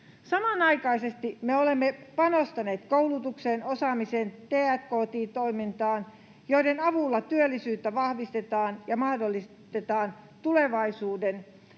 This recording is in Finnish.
Samanaikaisesti me olemme panostaneet koulutukseen, osaamiseen, t&k&i-toimintaan, joiden avulla työllisyyttä vahvistetaan ja mahdollistetaan tulevaisuuden